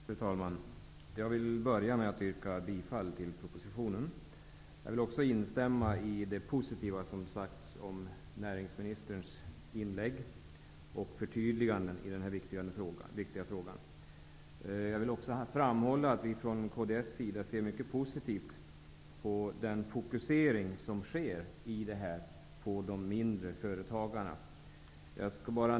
Fru talman! Jag börjar med att yrka bifall till utskottets hemställan. Vidare instämmer jag i det positiva som sagts om näringsministerns inlägg och förtydliganden i den här viktiga frågan. Vi i Kds ser mycket positivt på den fokusering på mindre företagare som sker.